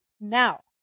now